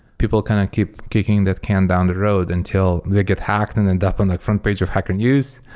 people kind of keep kicking that can down the road until they get hacked and end up in the like front page of hacker news,